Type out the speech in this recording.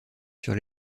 sur